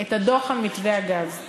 את הדוח על מתווה הגז.